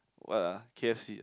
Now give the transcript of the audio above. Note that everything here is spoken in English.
what ah k_f_c ah